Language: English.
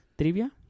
Trivia